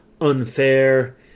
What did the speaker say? unfair